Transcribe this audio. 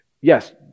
yes